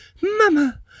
Mama